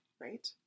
right